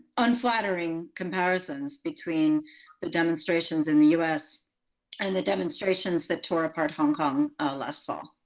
unflattering comparisons between the demonstrations in the us and the demonstrations that tore apart hong kong last fall.